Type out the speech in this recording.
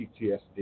PTSD